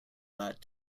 that